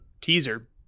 teaser